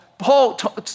Paul